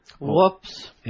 whoops